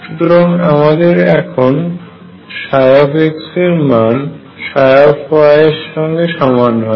সুতরাং আমাদের এখন x এর মান y এর সমান হয়